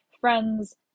friends